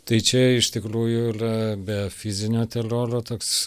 tai čia iš tikrųjų yra be fizinio teroro toks